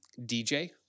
DJ